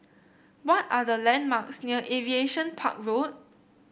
what are the landmarks near Aviation Park Road